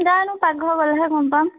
জানো পাকঘৰ গ'লেহে গম পাম